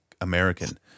American